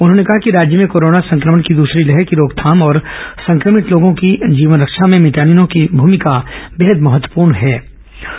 उन्होंने कहा कि राज्य में कोरोना संक्रमण की दूसरी लहर की रोकथाम और संक्रमित लोगों की जीवन रक्षा में मितानिनों की बेहद महत्वपूर्ण भूमिका है